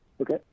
Okay